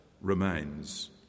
remains